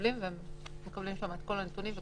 השאלה שאני